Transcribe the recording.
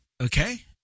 okay